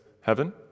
heaven